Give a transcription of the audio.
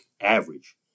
average